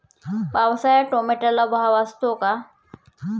पावसाळ्यात टोमॅटोला भाव असतो का?